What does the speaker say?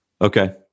Okay